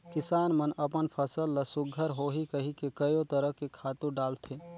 किसान मन अपन फसल ल सुग्घर होही कहिके कयो तरह के खातू डालथे